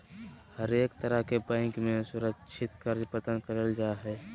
हरेक तरह के बैंक मे असुरक्षित कर्ज प्रदान करल जा हय